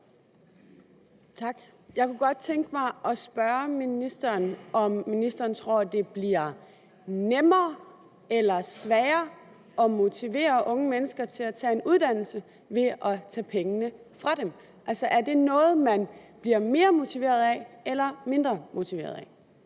Tak. Jeg kunne godt tænke mig at spørge ministeren, om ministeren tror, at det bliver nemmere eller sværere at motivere unge mennesker til at tage en uddannelse ved at tage pengene fra dem. Altså, er det noget, man bliver mere motiveret af eller mindre motiveret af?